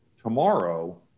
Tomorrow